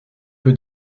peu